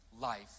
life